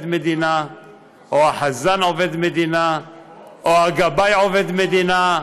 מדינה או שהחזן עובד מדינה או שהגבאי עובד מדינה.